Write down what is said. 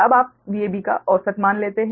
अब आप Vab का औसत मान लेते हैं